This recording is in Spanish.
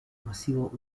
masivo